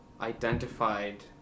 identified